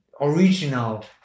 original